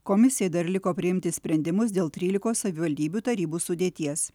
komisijai dar liko priimti sprendimus dėl trylikos savivaldybių tarybų sudėties